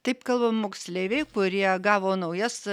taip kalba moksleiviai kurie gavo naujas